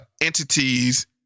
entities